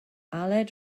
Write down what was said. aled